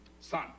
son